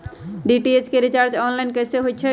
DTH के recharge online कैसे होईछई?